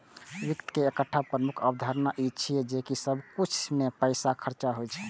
वित्त के एकटा प्रमुख अवधारणा ई छियै जे सब किछु मे पैसा खर्च होइ छै